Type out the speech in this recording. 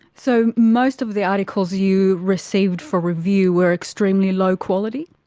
so most of the articles you received for review were extremely low quality?